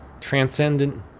transcendent